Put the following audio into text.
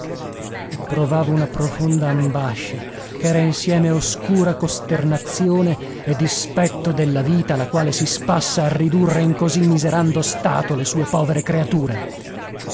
e provavo una profonda ambascia ch'era insieme oscura costernazione e dispetto della vita la quale si spassa a ridurre in così miserando stato le sue povere creature